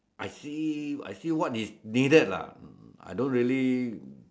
I see I see what is needed lah I don't really